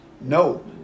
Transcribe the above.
No